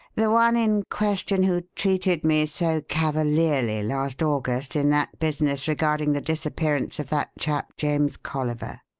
the one in question who treated me so cavalierly last august in that business regarding the disappearance of that chap james colliver?